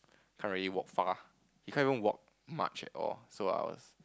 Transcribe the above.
can't really walk far he can't even walk much at all so I was